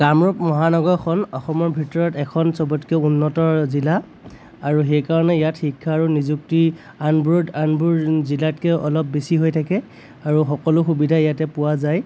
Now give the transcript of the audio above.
কামৰূপ মহানগৰখন অসমৰ ভিতৰত এখন চ'বতকৈ উন্নত জিলা আৰু সেইকাৰণে ইয়াত শিক্ষা আৰু নিযুক্তি আনবোৰ আনবোৰ জিলাতকৈ অলপ বেছি হৈ থাকে আৰু সকলো সুবিধা ইয়াতে পোৱা যায়